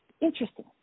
Interesting